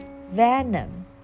venom